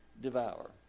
devour